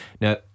Now